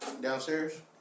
downstairs